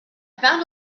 found